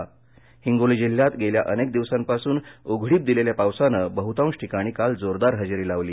हिंगोली पाऊस हिंगोली जिल्ह्यात गेल्या अनेक दिवसांपासून उघडीप दिलेल्या पावसानं बहुतांश ठिकाणी काल जोरदार हजेरी लावली